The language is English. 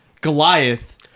Goliath